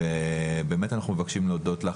אנחנו מבקשים להודות לך,